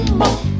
more